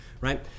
right